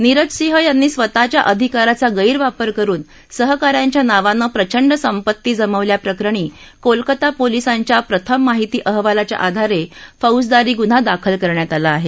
नीरज सिंह यांनी स्वतःच्या अधिकाराचा गैरवापर करुन सहका यांच्या नावानं प्रचंड संपत्ती जमवल्याप्रकरणी कोलकाता पोलिसांच्या प्रथम माहिती अहवालाच्या आधारे फौजदारी गुन्हा दाखल करण्यात आला आहे